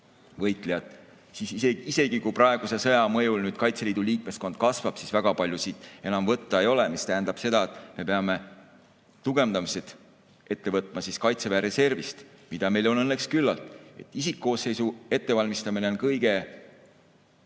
võitlejat. Isegi kui praeguse sõja mõjul Kaitseliidu liikmeskond kasvab, siis väga palju siit enam võtta ei ole. See tähendab, et me peame tugevdamise ette võtma Kaitseväe reservi varal, mida meil on õnneks küllalt. Isikkoosseisu ettevalmistamine on kõige